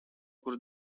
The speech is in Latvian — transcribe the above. kur